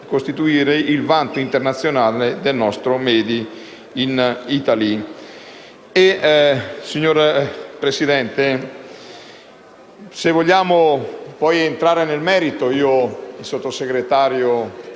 il vanto internazionale del nostro *made in Italy*.